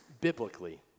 biblically